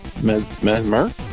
Mesmer